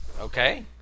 Okay